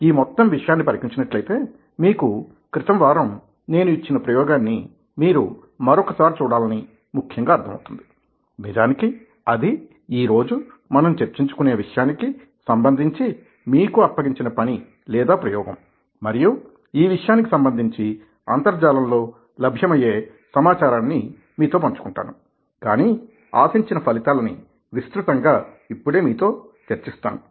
ఈ మొత్తం విషయాన్ని పరికించినట్లయితే మీకు క్రితం వారం నేను ఇచ్చిన ప్రయోగాన్ని మీరు మరొక సారి చూడాలని ముఖ్యంగా అర్థమవుతుంది నిజానికి అది ఈరోజు మనం చర్చించుకునే విషయానికి సంబంధించి మీకు అప్పగించిన పని లేదా ప్రయోగం మరియు ఈ విషయానికి సంబంధించి అంతర్జాలం లో లభ్యమయ్యే సమాచారాన్ని మీతో పంచుకుంటాను కానీ ఆశించిన ఫలితాలని విస్తృతంగా ఇప్పుడే మీతో చర్చిస్తాను